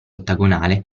ottagonale